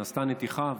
נעשתה נתיחה,